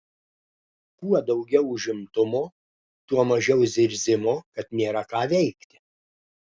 kuo daugiau užimtumo tuo mažiau zirzimo kad nėra ką veikti